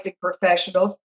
professionals